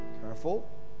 Careful